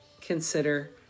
consider